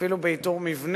אפילו באיתור מבנים,